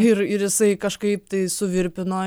ir ir jisai kažkaip tai suvirpino